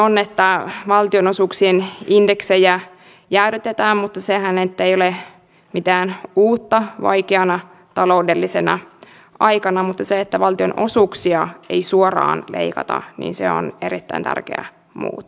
yritin tänään kysyä liikenneministeri berneriltä kahdesti mitä tulee tapahtumaan näille lakkautettaville vuoroille ja löytyykö siihen todella korvaavaa liikennettä kuten hän on lupaillut